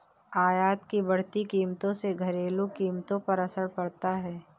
आयात की बढ़ती कीमतों से घरेलू कीमतों पर असर पड़ता है